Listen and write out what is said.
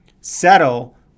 settle